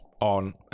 on